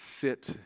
sit